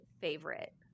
favorite